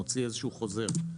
מוציא איזשהו חוזר,